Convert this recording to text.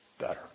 better